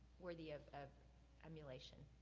worthy of of emulation.